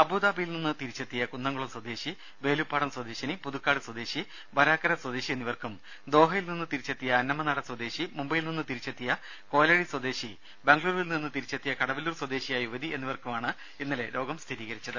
അബുദാബിയിൽ നിന്ന് തിരിച്ചെത്തിയ കുന്നംകുളം സ്വദേശി വേലൂപ്പാടം സ്വദേശിനി പുതുക്കാട് സ്വദേശി വരാക്കര സ്വദേശി എന്നിവർക്കും ദോഹയിൽ നിന്ന് തിരിച്ചെത്തിയ അന്നമനട സ്വദേശി മുബൈയിൽ നിന്ന് തിരിച്ചെത്തിയ കോലഴി സ്വദേശി ബംഗളൂരുവിൽ നിന്ന് തിരിച്ചെത്തിയ കടവല്ലൂർ സ്വദേശിയായ യുവതി എന്നിവർക്കാണ് ഇന്നലെ രോഗം സ്ഥിരീകരിച്ചത്